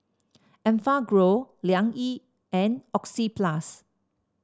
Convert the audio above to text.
Enfagrow Liang Yi and Oxyplus